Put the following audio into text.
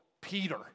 Peter